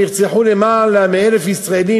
שנרצחו בה יותר מ-1,000 ישראלים,